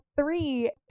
three